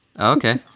Okay